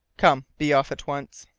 come be off at once.